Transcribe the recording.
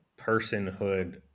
personhood